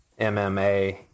MMA